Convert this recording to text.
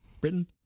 Britain